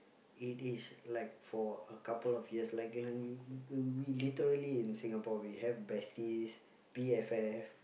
it is like for a couple of years like we literally in Singapore we have besties B_F_F